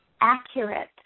accurate